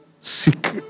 Seek